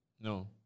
No